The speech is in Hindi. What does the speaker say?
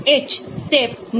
इसे Hansch समीकरण कहा जाता है